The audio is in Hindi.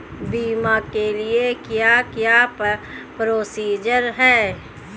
बीमा के लिए क्या क्या प्रोसीजर है?